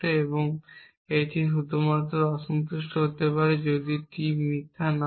এবং এটি শুধুমাত্র অসন্তুষ্ট হতে পারে যদি T মিথ্যা না হয়